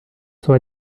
sua